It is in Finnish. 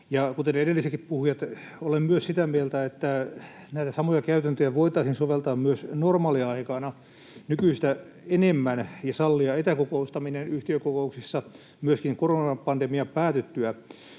kuten edellisetkin puhujat, olen sitä mieltä myös, että näitä samoja käytäntöjä voitaisiin soveltaa myös normaaliaikana nykyistä enemmän ja sallia etäkokoustaminen yhtiökokouksissa myöskin koronapandemian päätyttyä.